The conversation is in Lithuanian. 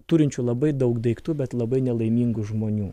turinčių labai daug daiktų bet labai nelaimingų žmonių